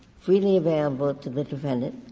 freely available to the defendant,